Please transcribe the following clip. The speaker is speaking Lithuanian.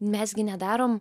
mes gi nedarom